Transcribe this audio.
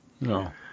No